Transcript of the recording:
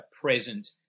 present